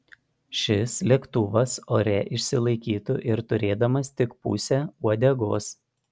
šis lėktuvas ore išsilaikytų ir turėdamas tik pusę uodegos